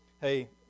hey